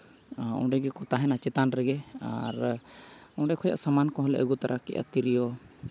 ᱚᱸᱰᱮ ᱜᱮᱠᱚ ᱛᱟᱦᱮᱱᱟ ᱪᱮᱛᱟᱱ ᱨᱮᱜᱮ ᱟᱨ ᱚᱸᱰᱮ ᱠᱷᱚᱡᱟᱜ ᱥᱟᱢᱟᱱ ᱠᱚᱦᱚᱸᱞᱮ ᱟᱹᱜᱩ ᱛᱚᱨᱟ ᱠᱮᱜᱼᱟ ᱛᱤᱨᱭᱳ